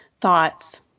thoughts